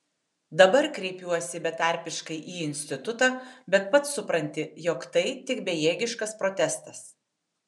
dabar kreipiuosi betarpiškai į institutą bet pats supranti jog tai tik bejėgiškas protestas